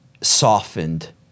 softened